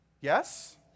yes